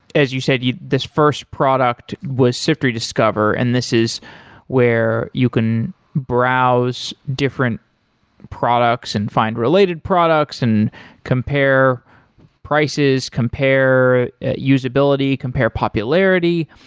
as you said, you this first product was siftery dscover and this is where you can browse different products and find related products and compare prices, compare usability, compare popularity.